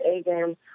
A-game